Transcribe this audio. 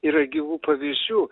yra gyvų pavyzdžių